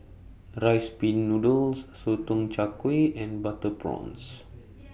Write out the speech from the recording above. Rice Pin Noodles Sotong Char Kway and Butter Prawns